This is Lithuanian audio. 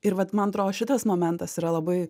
ir vat man atrodo šitas momentas yra labai